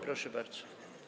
Proszę bardzo.